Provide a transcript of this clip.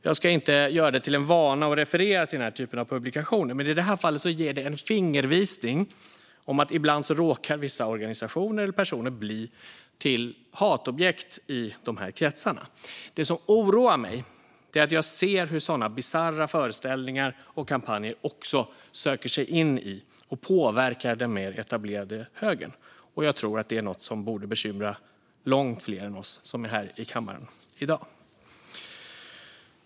Jag ska inte göra det till en vana att referera till den här typen av publikationer, men i det här fallet ger det en fingervisning om att vissa organisationer eller personer ibland råkar bli till hatobjekt i de här kretsarna. Det som oroar mig är att jag ser hur sådana bisarra föreställningar och kampanjer också söker sig in i och påverkar den mer etablerade högern, och jag tror att det är något som borde bekymra långt fler än oss som är här i kammaren i dag.